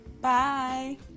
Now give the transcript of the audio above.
bye